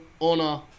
honor